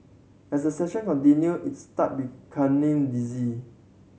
as the session continued he started becoming dizzy